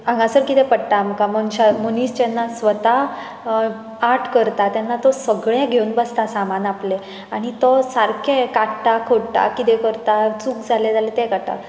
हांगासर कितें पडटा आमकां मनशां मनीस जेन्ना स्वता आर्ट करता तेन्ना तो सगळें घेवन बसता सामान आपलें आनी तो सारके काडटा खोडटा कितें करतां चूक जाले जाल्यार ते काडटा